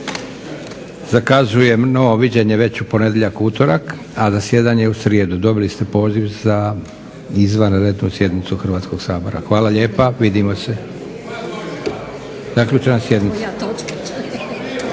Zakazujem novo viđenje već u ponedjeljak, utorak a zasjedanje je u srijedu. Dobili ste poziv za izvanrednu sjednicu Hrvatskog sabora. Hvala lijepa. Vidimo se. Zaključavam sjednicu.